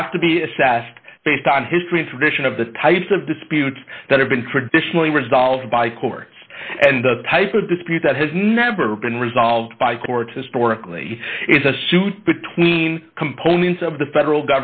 have to be assessed based on history and tradition of the types of disputes that have been traditionally resolved by courts and the type of dispute that has never been resolved by courts historically is a suit between components of the federal